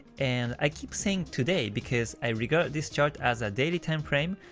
and i keep saying today because i regards this chart as a daily timeframe,